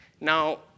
Now